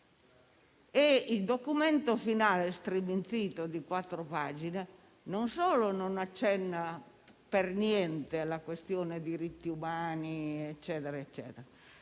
E il documento finale striminzito, di quattro pagine, non solo non accenna per niente alla questione dei diritti umani, ma